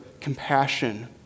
compassion